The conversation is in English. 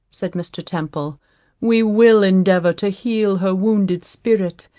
said mr. temple we will endeavour to heal her wounded spirit,